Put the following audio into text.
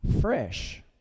fresh